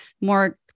more